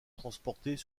transportés